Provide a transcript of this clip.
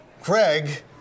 Craig